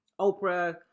Oprah